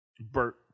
Bert